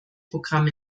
programm